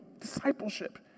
discipleship